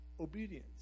obedience